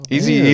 Easy